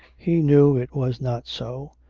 he knew it was not so.